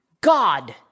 God